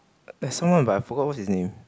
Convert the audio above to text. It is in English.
there's someone but I forgot what's his name